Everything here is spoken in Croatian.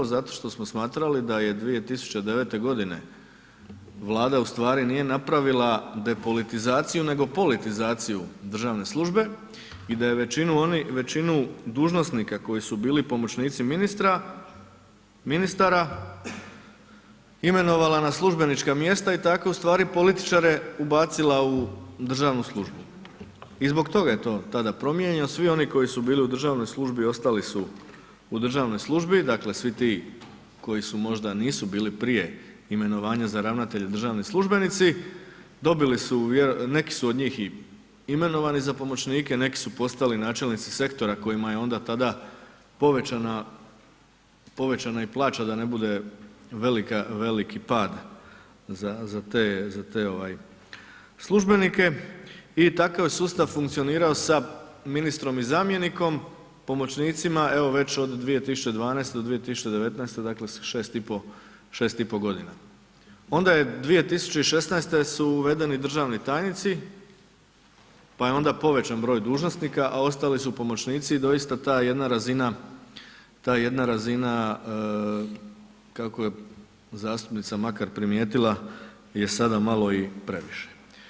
Zato što smo smatrali da je 2009.g. Vlada ustvari nije napravila depolitizaciju, nego politizaciju državne službe i da je većinu oni, većinu dužnosnika koji su bili pomoćnici ministra, ministara, imenovala na službenička mjesta i tako ustvari političare ubacila u državnu službu i zbog toga je to tada promijenjeno, svi oni koji su bili u državnoj službi, ostali su u državnoj službi, dakle, svi ti koji su možda, nisu bili prije imenovanja za ravnatelja, državni službenici, dobili su, neki su od njih i imenovani za pomoćnike, neki su postali načelnici sektora kojima je onda tada povećana, povećana i plaća da ne bude velika, veliki pad za te, za te službenike i takav je sustav funkcionirao sa ministrom i zamjenikom, pomoćnicima, evo već od 2012. do 2019., dakle, sa 6,5, 6,5.g., onda je 2016. su uvedeni državni tajnici, pa je onda povećan broj dužnosnika, a ostali su pomoćnici i doista ta jedna razina, ta jedna razina, kako je zastupnica Makar primijetila je sada malo i previše.